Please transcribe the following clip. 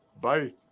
Bye